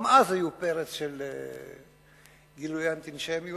גם אז היה פרץ של גילויי אנטישמיות,